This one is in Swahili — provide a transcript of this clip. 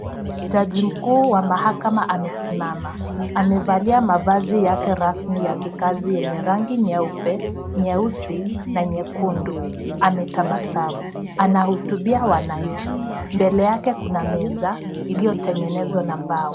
Jaji mkuu wa mahakama amesinama amevalia mavazi yake rasmi ya kikazi yenye rangi, nyeupe, nyeusi, na nyekundu ametabasamu. Anahutubia wananchi. Mbele hake kuna meza, iliotenye nezo na mbao.